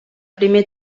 primer